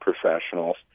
professionals